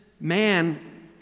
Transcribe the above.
man